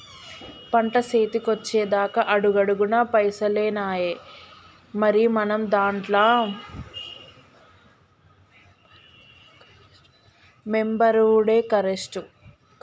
పంట సేతికొచ్చెదాక అడుగడుగున పైసలేనాయె, మరి మనం దాంట్ల మెంబరవుడే కరెస్టు